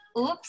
oops